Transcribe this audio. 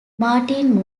martin